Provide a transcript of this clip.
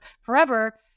forever